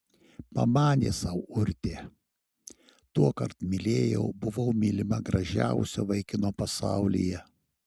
pamanė sau urtė tuokart mylėjau buvau mylima gražiausio vaikino pasaulyje